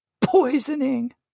poisoning